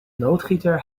loodgieter